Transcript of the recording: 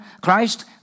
Christ